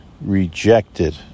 rejected